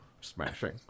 Smashing